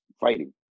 fighting